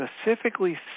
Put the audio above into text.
specifically